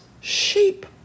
sheep